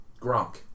Gronk